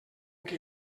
que